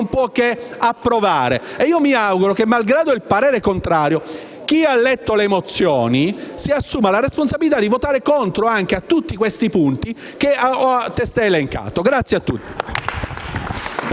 può che approvare. Io mi auguro che, malgrado il parere contrario, chi ha letto le mozioni si assuma la responsabilità di votare anche contro tutti i punti che ho testé elencato. Grazie a tutti.